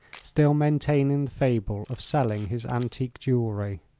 still maintaining the fable of selling his antique jewelry.